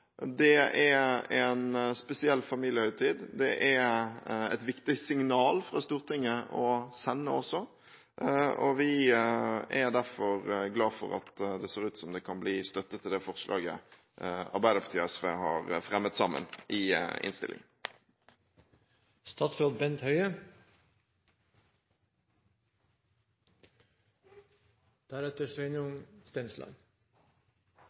Det er en spesiell familiehøytid, det er et viktig signal fra Stortinget å sende også, og vi er derfor glad for at det ser ut som om det kan bli støtte til det forslaget Arbeiderpartiet og SV har fremmet sammen i